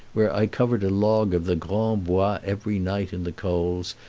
where i covered a log of the grand bois every night in the coals,